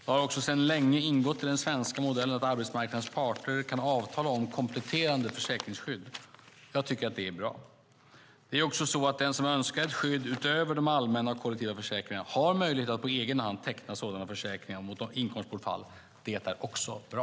Det har också sedan länge ingått i den svenska modellen att arbetsmarknadens parter kan avtala om kompletterande försäkringsskydd. Jag tycker att detta är bra. Det är också så att den som önskar ett skydd utöver de allmänna och kollektiva försäkringarna har möjlighet att på egen hand teckna sådana försäkringar mot inkomstbortfall. Det är också bra.